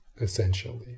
Essentially